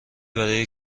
برای